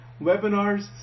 webinars